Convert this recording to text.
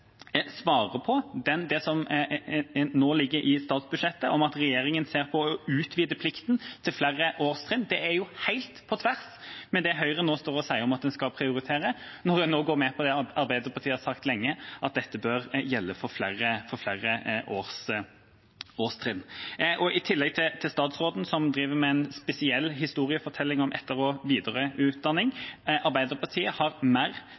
det som nå ligger i statsbudsjettet om at regjeringa ser på å utvide plikten til flere årstrinn. Det er helt på tvers av det Høyre nå står og sier om at man skal prioritere, når de nå går med på det Arbeiderpartiet har sagt lenge, at dette bør gjelde for flere årstrinn. I tillegg – til statsråden som driver med en spesiell historiefortelling om etter- og videreutdanning: Arbeiderpartiet har mer